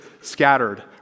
scattered